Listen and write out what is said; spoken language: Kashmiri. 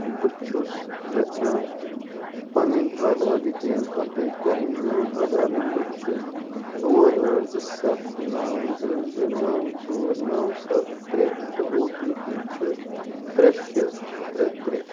بہٕ چھُس یژھان پنٕنۍ آدھار ڈٹیل اپڈیٹ کرٕنۍ میٛون آدھار نمبر چھُ ژور ٲٹھ زٕ ستھ نَو زٕ زٕ نَو ژور نَو ستھ ترٛےٚ تہٕ او ٹی پی چھُ ترٛےٚ شےٚ ترٛےٚ ترٛےٚ